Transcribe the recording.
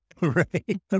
Right